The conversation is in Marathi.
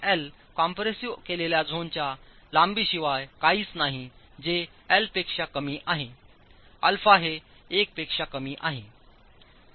आता हे αL कॉम्प्रेस केलेल्या झोनच्या लांबीशिवाय काहीच नाही जे L पेक्षा कमी आहेα हे 1 पेक्षा कमी आहे